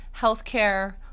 healthcare